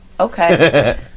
Okay